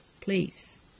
please